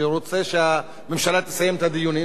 שאומרת שהממשלה תסיים את הדיון,